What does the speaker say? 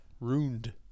ruined